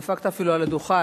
דפקת אפילו על השולחן.